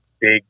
big